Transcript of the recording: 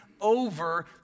over